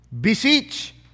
Beseech